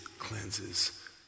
cleanses